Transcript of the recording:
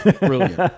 Brilliant